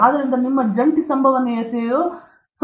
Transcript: ಆದ್ದರಿಂದ ನಿಮ್ಮ ಜಂಟಿ ಸಂಭವನೀಯತೆಯು 0